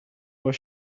was